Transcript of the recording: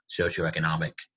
socioeconomic